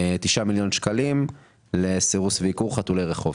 תשעה מיליון שקלים לסירוס ועיקור חתולי רחוב.